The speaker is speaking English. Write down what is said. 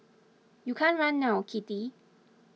you can't run now Kitty